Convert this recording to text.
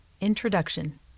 Introduction